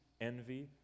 envy